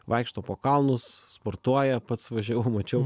vaikšto po kalnus sportuoja pats važiavau pamačiau